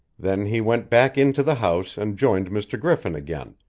then he went back into the house and joined mr. griffin again,